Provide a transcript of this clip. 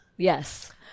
Yes